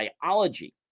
biology